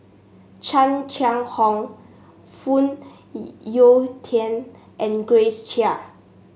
Chan Chang How Phoon Yew Tien and Grace Chia